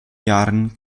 jahren